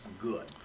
good